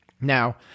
Now